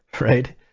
right